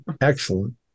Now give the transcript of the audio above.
excellent